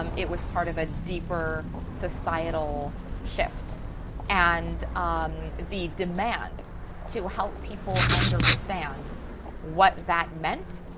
um it was part of a deeper societal shift and the demand to help people understand what that meant,